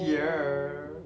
here